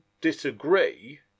disagree